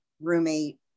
roommate